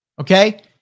okay